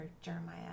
Jeremiah